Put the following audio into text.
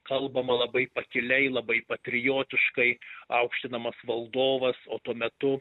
kalbama labai pakiliai labai patriotiškai aukštinamas valdovas o tuo metu